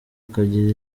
akagira